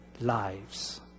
lives